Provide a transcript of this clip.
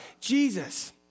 Jesus